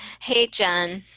hey, jen.